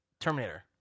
Terminator